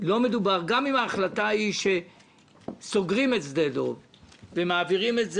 גם אם ההחלטה היא שסוגרים את שדה דב ומעבירים אותו